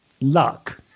luck